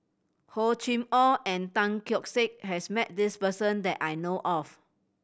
Hor Chim Or and Tan Keong Saik has met this person that I know of